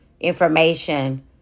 information